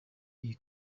iyi